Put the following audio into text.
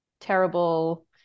terrible